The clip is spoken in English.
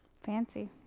Fancy